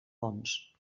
ponç